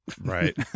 Right